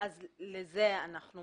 אם יש לך הערות,